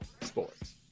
sports